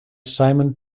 simon